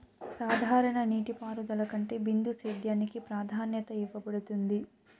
సాధారణ నీటిపారుదల కంటే బిందు సేద్యానికి ప్రాధాన్యత ఇవ్వబడుతుంది